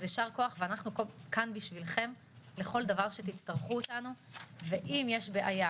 אז יישר כוח ואנחנו כאן בשבילכם לכל דבר שתצטרכו אותנו ואם יש בעיה,